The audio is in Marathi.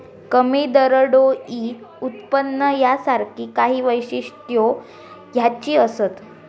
कमी दरडोई उत्पन्न यासारखी काही वैशिष्ट्यो ह्याची असत